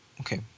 Okay